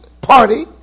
party